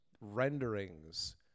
renderings